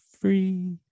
free